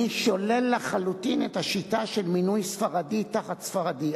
"אני שולל לחלוטין את השיטה של מינוי ספרדי תחת ספרדי,